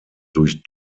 durch